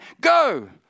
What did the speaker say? Go